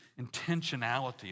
intentionality